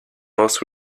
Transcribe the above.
most